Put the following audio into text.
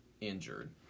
injured